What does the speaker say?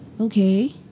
okay